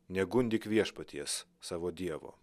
negundyk viešpaties savo dievo